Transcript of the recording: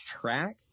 track